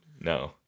No